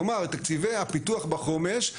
כלומר תקציבי הפיתוח בחומש,